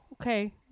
Okay